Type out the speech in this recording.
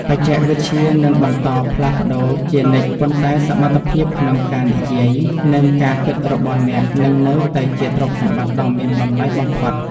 បច្ចេកវិទ្យានឹងបន្តផ្លាស់ប្តូរជានិច្ចប៉ុន្តែសមត្ថភាពក្នុងការនិយាយ និងការគិតរបស់អ្នកនឹងនៅតែជាទ្រព្យសម្បត្តិដ៏មានតម្លៃបំផុត។